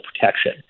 protection